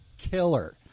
killer